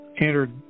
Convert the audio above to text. Entered